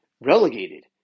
relegated